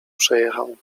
przejechał